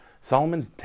Solomon